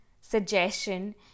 suggestion